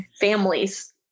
families